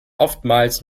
oftmals